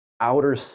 outer